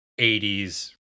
80s